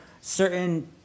certain